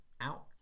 out